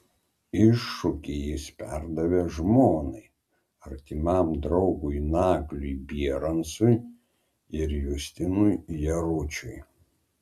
iššūkį jis perdavė žmonai artimam draugui nagliui bierancui ir justinui jaručiui